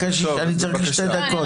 אני צריך שתי דקות.